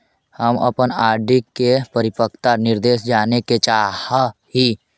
हम अपन आर.डी के परिपक्वता निर्देश जाने के चाह ही